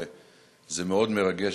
וזה מאוד מרגש,